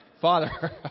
Father